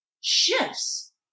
shifts